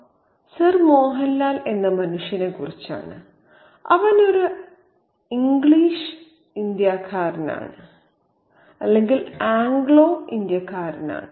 'കർമ' sir Mohanlal എന്ന മനുഷ്യനെക്കുറിച്ചാണ് അവൻ ഒരു ആംഗ്ലീഷ് ഇന്ത്യക്കാരനാണ്